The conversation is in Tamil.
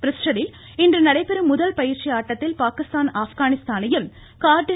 பிரிஸ்டலில் இன்று நடைபெறும் முதல் பயிற்சி ஆட்டத்தில் பாகிஸ்தான் ஆப்கானிஸ்தானையும் கார்டி